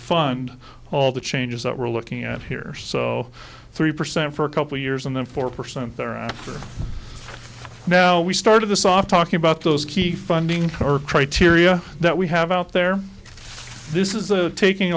fund all the changes that we're looking at here so three percent for a couple years and then four percent there and now we start of the soft talking about those key funding per criteria that we have out there this is a taking